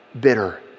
bitter